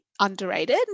underrated